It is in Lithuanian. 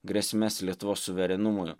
grėsmes lietuvos suverenumui